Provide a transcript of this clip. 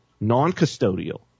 non-custodial